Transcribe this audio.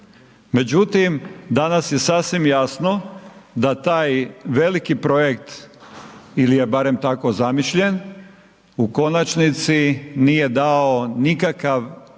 Međutim, danas je sasvim jasno da taj veliki projekt ili je barem tako zamišljen u konačnici nije dao nikakav